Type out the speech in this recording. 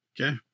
Okay